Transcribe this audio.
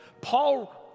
Paul